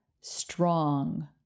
strong